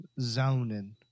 zoning